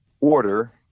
order